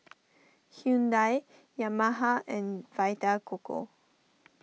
Hyundai Yamaha and Vita Coco